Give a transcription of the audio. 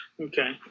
okay